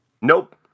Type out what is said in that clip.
Nope